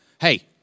hey